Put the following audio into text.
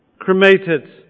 cremated